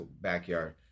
backyard